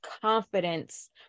confidence